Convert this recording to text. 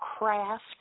craft